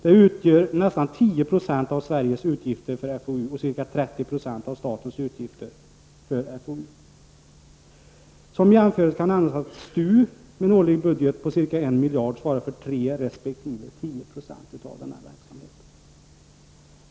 Det utgör nästan 10 96 av Sveriges och 30 96 av statens utgifter för FOU. Som jämförelse kan nämnas att STU med en årlig budget på ca 1 miljard svarar för 3 resp. 10 Zo av denna verksamhet.